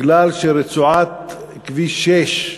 כי רצועת כביש 6,